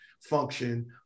function